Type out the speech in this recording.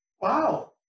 wow